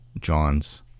John's